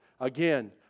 Again